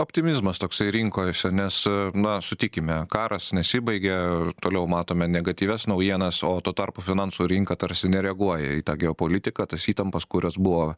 optimizmas toksai rinkojose nes na sutikime karas nesibaigia toliau matome negatyvias naujienas o tuo tarpu finansų rinka tarsi nereaguoja į tą geopolitiką tas įtampas kurios buvo